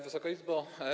Wysoka Izbo!